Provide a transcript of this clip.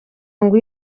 ngo